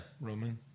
Roman